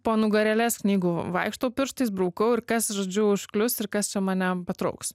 po nugarėles knygų vaikštau pirštais braukau ir kas žodžiu užklius ir kas čia mane patrauks